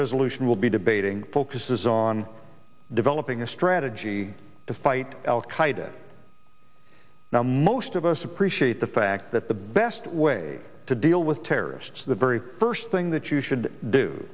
resolution will be debating focuses on developing a strategy to fight al qaeda now most of us appreciate the fact that the best way to deal with terrorists the very first thing that you should do